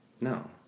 No